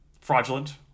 Fraudulent